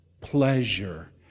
pleasure